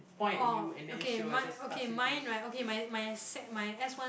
orh okay mine okay mine right okay my my sec my S one